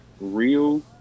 real